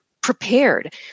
prepared